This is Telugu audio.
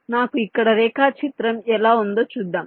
నాకు ఇక్కడ రేఖాచిత్రం ఎలా ఉందో చూద్దాం